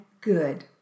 good